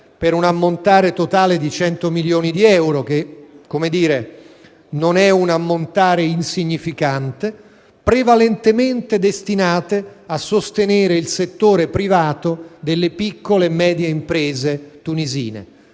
per un ammontare totale di 100 milioni di euro (una somma non insignificante), prevalentemente destinate a sostenere il settore privato delle piccole e medie imprese tunisine.